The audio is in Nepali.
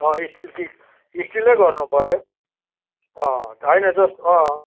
अँ स्टिल पिक स्टिलै गर्नुपऱ्यो अँ होइन जस् अँ